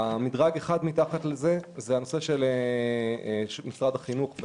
מדרג אחד מתחת לזה הוא הנושא של משרד החינוך,